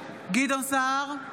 גדעון סער,